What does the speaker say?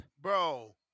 Bro